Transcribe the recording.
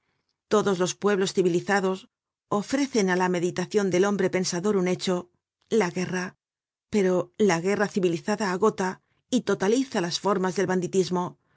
todos los pueblos civilizados ofrecen á la meditacion del hombre pensador un hecho la guerra pero la guerra civilizada agota y totaliza las formas del banditismo